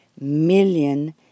million